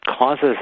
causes